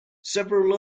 several